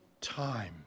time